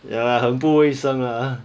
ya 很不卫生啊